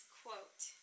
quote